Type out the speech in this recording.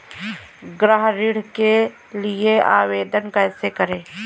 गृह ऋण के लिए आवेदन कैसे करें?